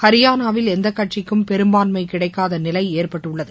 ஹரியானாவில் எந்த கட்சிக்கும் பெரும்பான்மை கிடைக்காத நிலை ஏற்பட்டுள்ளது